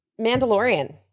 Mandalorian